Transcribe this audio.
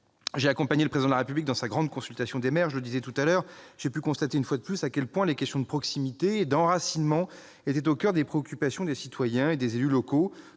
J'ai accompagné le Président de la République dans sa grande consultation des maires : j'ai pu constater, une fois de plus, à quel point les questions de proximité et d'enracinement sont au coeur des préoccupations des citoyens et des élus locaux,